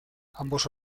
ambos